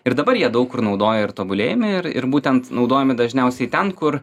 ir dabar jie daug kur naudoja ir tobulėjame ir ir būtent naudojami dažniausiai ten kur